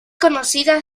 conocida